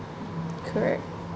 correct